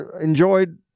enjoyed